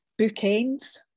bookends